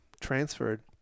transferred